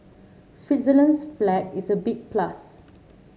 Switzerland's flag is a big plus